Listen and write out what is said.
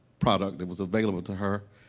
product that was available to her.